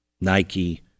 Nike